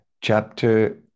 chapter